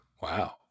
wow